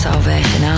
Salvation